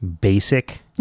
basic